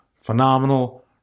phenomenal